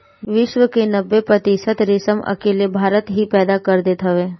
विश्व के नब्बे प्रतिशत रेशम अकेले भारत ही पैदा कर देत हवे